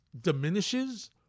diminishes